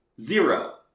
zero